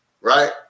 right